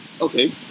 Okay